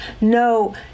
no